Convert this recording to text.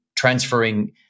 transferring